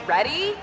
Ready